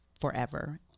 forever